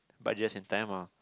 but just in time ah